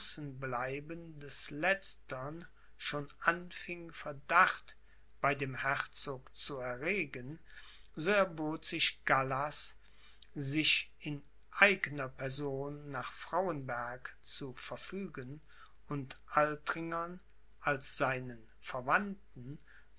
des letztern schon anfing verdacht bei dem herzog zu erregen so erbot sich gallas sich in eigner person nach frauenberg zu verfügen und altringern als seinen verwandten